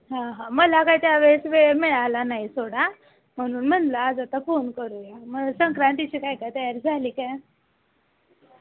हां हां मला काय त्यावेळेस वेळ मिळाला नाही थोडा म्हणून म्हणलं आज आता फोन करूया मग संक्रांतीची काय काय तयारी झाली काय